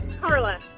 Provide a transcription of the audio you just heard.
Carla